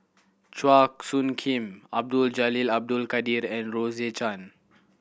Chua Soo Khim Abdul Jalil Abdul Kadir and Rose Chan